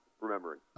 remembering